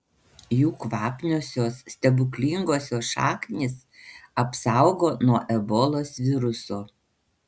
jų kvapniosios stebuklingosios šaknys apsaugo nuo ebolos viruso